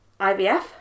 IVF